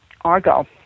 Argo